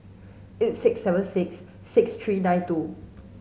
eight six seven six six three nine two